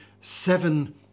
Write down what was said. seven